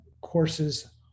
courses